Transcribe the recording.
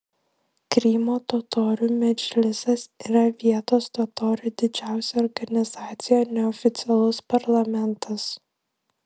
krymo totorių medžlisas yra vietos totorių didžiausia organizacija neoficialus parlamentas